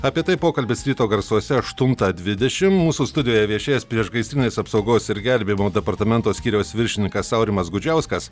apie tai pokalbis ryto garsuose aštuntą dvidešim mūsų studijoje viešės priešgaisrinės apsaugos ir gelbėjimo departamento skyriaus viršininkas aurimas gudžiauskas